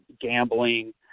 gambling